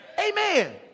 amen